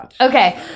Okay